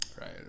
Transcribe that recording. Right